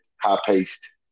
high-paced